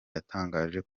yatangaje